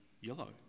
yellow